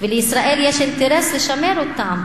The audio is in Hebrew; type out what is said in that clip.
ולישראל יש אינטרס לשמר אותם,